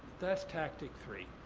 that's tactic three.